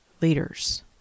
leaders